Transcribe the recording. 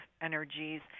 energies